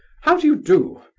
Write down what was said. how do you do?